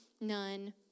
none